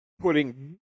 putting